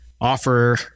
offer